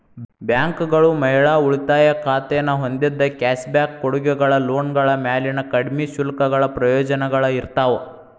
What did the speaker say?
ಬ್ಯಾಂಕ್ಗಳು ಮಹಿಳಾ ಉಳಿತಾಯ ಖಾತೆನ ಹೊಂದಿದ್ದ ಕ್ಯಾಶ್ ಬ್ಯಾಕ್ ಕೊಡುಗೆಗಳ ಲೋನ್ಗಳ ಮ್ಯಾಲಿನ ಕಡ್ಮಿ ಶುಲ್ಕಗಳ ಪ್ರಯೋಜನಗಳ ಇರ್ತಾವ